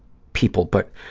people. but